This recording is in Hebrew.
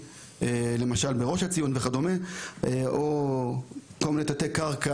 למשל בראש הציון או כל מיני תתי-קרקע.